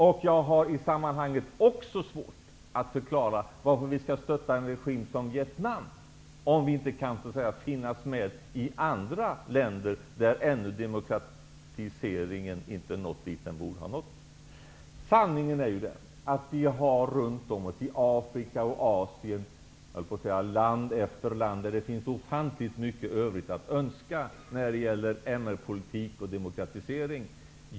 I sammanhanget har jag också svårt att förklara varför vi skall stötta en regim som Vietnam, om vi inte stöttar andra länder där demokratiseringen ännu inte har nått dit den borde ha nått. Sanningen är ju den att det runt om oss, i Afrika och i Asien -- jag höll på att säga land efter land -- finns ofantligt mycket övrigt att önska när det gäller MR-politik och demokratisering.